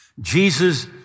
Jesus